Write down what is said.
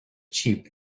cheap